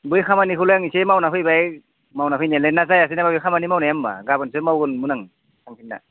बै खामानिखौलाय आं एसे मावना फैबाय मावना फैनायालाय ना जायासै नामा बे खामानि मावनाया होमब्ला गाबोनसो मावगोमोन आं थांफिनना